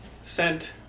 sent